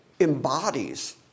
embodies